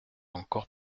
encore